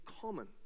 common